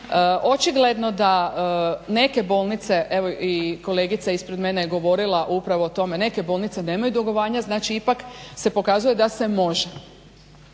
Očigledno da neke bolnice, evo i kolegica ispred mene je govorila upravo o tome, neke bolnice nemaju dugovanja, znači ipak se pokazuje da se može.